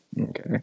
Okay